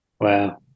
wow